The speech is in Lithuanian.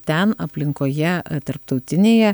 ten aplinkoje tarptautinėje